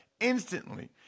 instantly